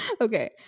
Okay